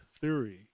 theory